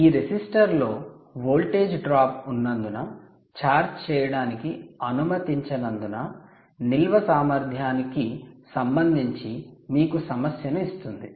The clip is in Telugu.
ఈ రెసిస్టర్లో వోల్టేజ్ డ్రాప్ ఉన్నందున ఛార్జ్ చేయడానికి అనుమతించనందున నిల్వ సామర్థ్యాని కి సంబంధించి మీకు సమస్యను ఇస్తుంది